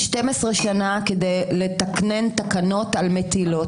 12 שנה לקח לתקן תקנות על מטילות.